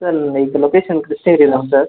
sir இது location Krishnagiri தான் sir